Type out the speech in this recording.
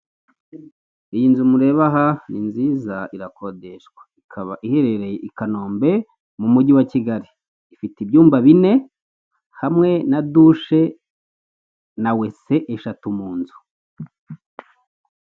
Iyi nzu mureba aha, ni nziza irakodeshawa, ikaba iherereye I kanombe mu mugi wa Kigali ifite ibyumba bine hamwe na dushe na wese eshatu mu nzu